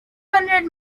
hundred